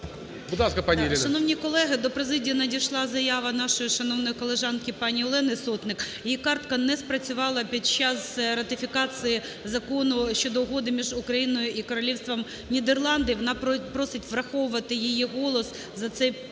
Шановні колеги, до президії надійшла заява нашої шановної колежанки пані Олени Сотник. Її картка не спрацювала під час ратифікації Закону щодо Угоди між Україною і Королівством Нідерландів. Вона просить враховувати її голос за цей Закон